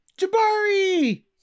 Jabari